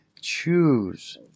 Choose